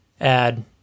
add